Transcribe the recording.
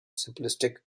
simplistic